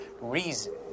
reason